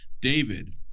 David